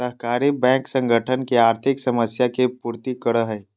सहकारी बैंक संगठन के आर्थिक समस्या के पूर्ति करो हइ